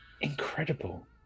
Incredible